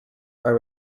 are